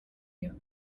you